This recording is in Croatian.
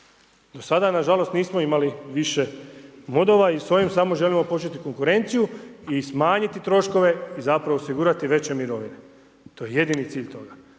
Do sada nažalost nismo imali više modova i s ovim samo želimo početi konkurenciju i smanjiti troškove i zapravo osigurati veće mirovine, to je jedini cilj toga.